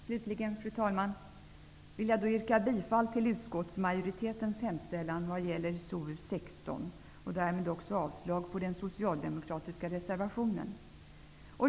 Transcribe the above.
Slutligen, fru talman, vill jag yrka bifall till utskottsmajoritetens hemställan i socialutskottets betänkande SoU16 och därmed avslag på den socialdemokratiska reservationen.